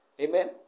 Amen